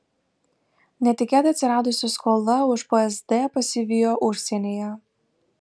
netikėtai atsiradusi skola už psd pasivijo užsienyje